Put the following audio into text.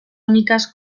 únicas